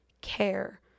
care